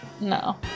no